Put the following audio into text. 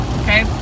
okay